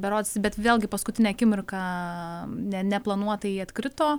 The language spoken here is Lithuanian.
berods bet vėlgi paskutinę akimirką ne neplanuotai atkrito